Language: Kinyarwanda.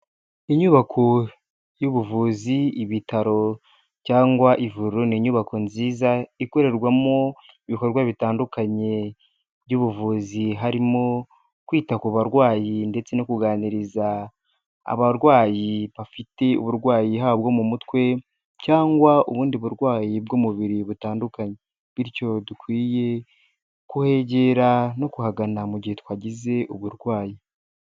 Inyubako y'ubuvuzi, ibitaro cyangwa ivuriro, ni inyubako nziza ikorerwamo ibikorwa bitandukanye by'ubuvuzi harimo kwita ku barwayi ndetse no kuganiriza abarwayi bafite uburwayi haba bwo mu mutwe cyangwa ubundi burwayi bw'umubiri butandukanye, bityo dukwiye kuhegera no kuhagana mu gihe twagize uburwayi.